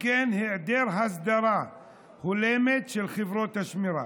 וכן היעדר הסדרה הולמת של חברות השמירה.